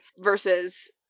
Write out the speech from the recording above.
versus